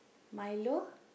milo